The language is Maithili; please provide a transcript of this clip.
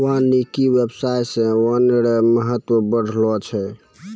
वानिकी व्याबसाय से वन रो महत्व बढ़लो छै